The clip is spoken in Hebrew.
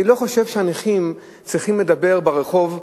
אני לא חושב שהנכים צריכים לדבר ברחוב,